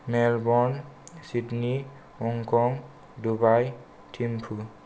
Melbourne Sydney Hong Kong Dubai Thimphu